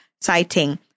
citing